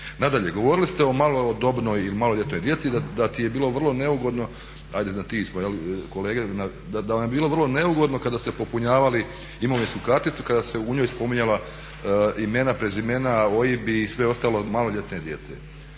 Nadalje, govorili ste o malodobnoj i maloljetnoj djeci da ti je bilo vrlo neugodno, ajde na ti smo jel' kolege, da vam je bilo vrlo neugodno kada ste popunjavali imovinsku karticu kada se u njoj spominjala imena, prezimena OIB i sve ostalo maloljetne djece.